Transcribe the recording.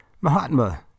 Mahatma